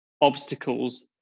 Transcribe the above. obstacles